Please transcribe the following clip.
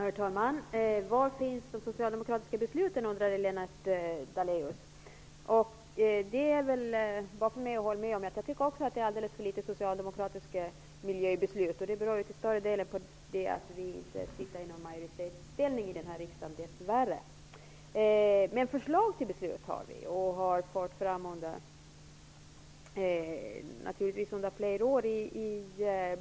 Herr talman! Lennart Daléus undrade var de socialdemokratiska besluten finns. Det är bara för mig att hålla med om att det är alldeles för få socialdemokratiska miljöbeslut, vilket till stor del beror på att vi dess värre inte har någon majoritetsställning i den här riksdagen. Men vi har förslag till beslut, som vi har fört fram under flera år.